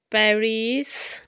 Paris